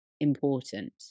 important